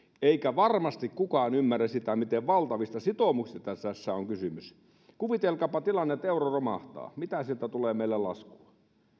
eikä varmasti kukaan ymmärrä sitä miten valtavista sitoumuksista tässä tässä on kysymys kuvitelkaapa tilannetta että euro romahtaa mitä sieltä tulee meille laskua